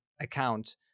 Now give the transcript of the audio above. account